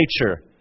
nature